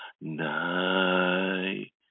Night